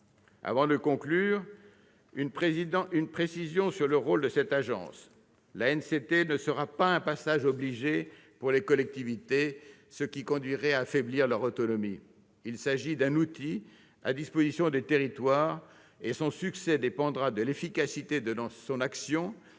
veux apporter une précision sur le rôle de l'agence : l'ANCT ne sera pas un passage obligé pour les collectivités, pour ne pas affaiblir leur autonomie. Il s'agit d'un outil à la disposition des territoires. Son succès dépendra de l'efficacité de son action,